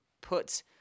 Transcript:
put